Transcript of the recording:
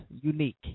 unique